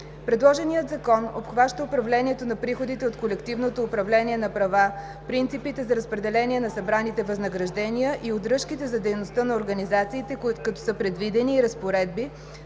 Предложеният Закон обхваща управлението на приходите от колективното управление на права, принципите за разпределение на събраните възнаграждения и удръжките за дейността на организациите, като са предвидени и разпоредби